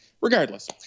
Regardless